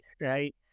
right